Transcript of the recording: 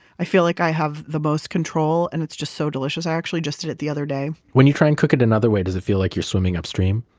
i feel like i have the most control and it's just so delicious. i actually just did it the other day when you try and cook it another way, does it feel like you're swimming upstream?